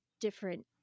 different